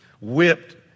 Whipped